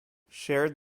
shared